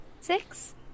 Six